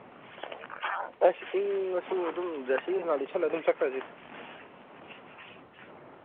ꯑꯁ ꯐꯤ ꯃꯆꯨ ꯑꯗꯨꯝ ꯖꯔꯁꯤ ꯀꯔꯤ ꯀꯔꯥ ꯂꯤꯠꯁꯜꯂꯒ ꯑꯗꯨꯝ ꯆꯠꯈ꯭ꯔꯁꯤ